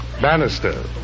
Bannister